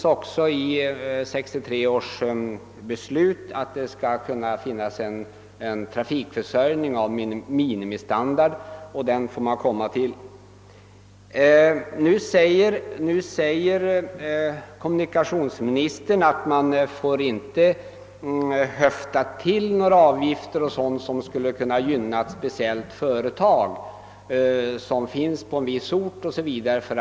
I 1963 års beslut ligger också att det skall finnas en trafikförsörjning av minimistandard. att man inte får »höfta till» några avgifter för att ett speciellt företag på en viss ort skall kunna klara sig.